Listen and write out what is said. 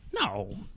No